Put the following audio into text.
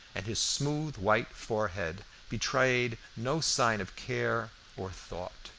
and his smooth, white forehead betrayed no sign of care or thought.